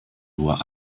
nur